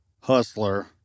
hustler